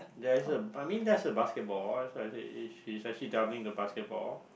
there's a I mean there's a basketball that's what I said he's actually dabbling the basketball